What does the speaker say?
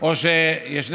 או שיש נאמנות,